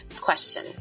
question